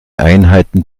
einheiten